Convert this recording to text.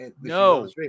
No